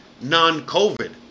non-COVID